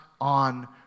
on